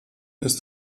ist